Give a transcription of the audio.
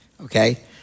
Okay